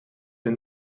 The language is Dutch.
een